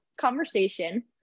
conversation